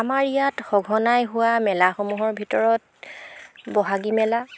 আমাৰ ইয়াত সঘনাই হোৱা মেলাসমূহৰ ভিতৰত বহাগী মেলা